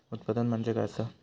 उत्पादन म्हणजे काय असा?